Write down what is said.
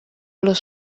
los